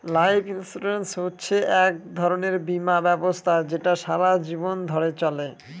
life insurance হচ্ছে এক ধরনের বীমা ব্যবস্থা যেটা সারা জীবন ধরে চলে